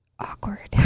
Awkward